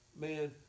man